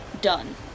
done